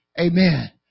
Amen